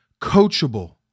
coachable